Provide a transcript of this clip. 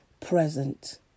present